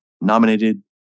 nominated